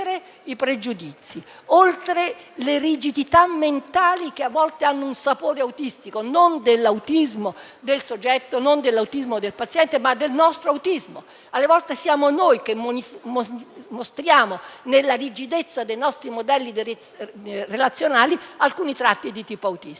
i pregiudizi e le rigidità mentali che a volte hanno un sapore autistico, non dell'autismo del soggetto e del paziente, ma del nostro autismo. Alle volte siamo noi che mostriamo, nella rigidezza dei nostri modelli relazionali, alcuni tratti di tipo autistico.